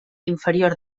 inferior